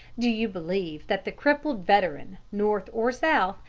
do you believe that the crippled veteran, north or south,